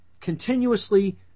continuously